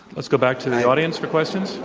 let's go back to the audience for questions.